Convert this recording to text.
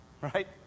Right